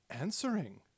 answering